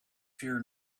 fear